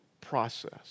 process